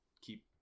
keep